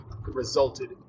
resulted